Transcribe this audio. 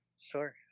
sure